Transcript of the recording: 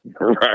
right